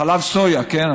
חלב סויה, כן?